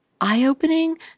eye-opening